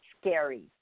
scary